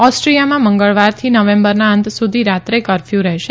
ઓસ્ટ્રિયામાં મંગળવારથી નવેમ્બરના અંત સુધી રાત્રે કરફ્યું રહેશે